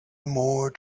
more